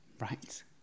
right